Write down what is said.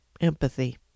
empathy